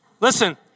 Listen